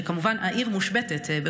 כשכמובן העיר מושבתת,